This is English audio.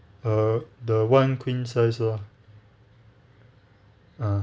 err the one queen size lah ah